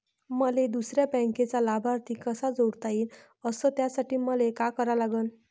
मले दुसऱ्या बँकेचा लाभार्थी कसा जोडता येईन, अस त्यासाठी मले का करा लागन?